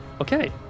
Okay